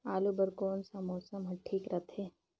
आलू बार कौन सा मौसम ह ठीक रथे?